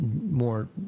more